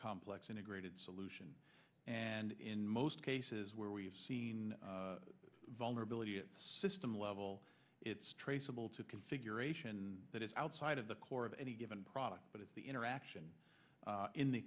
complex integrated solution and in most cases where we've seen a vulnerability of system level it's traceable to configuration that is outside of the core of any given product but it's the interaction in the